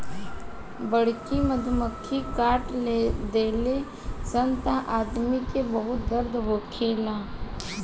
बड़की मधुमक्खी काट देली सन त आदमी के बहुत दर्द होखेला